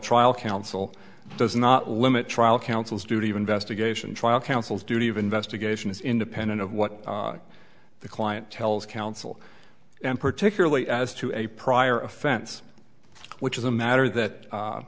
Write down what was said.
trial counsel does not limit trial counsel's duty of investigation trial counsel's duty of investigation is independent of what the client tells counsel and particularly as to a prior offense which is a matter that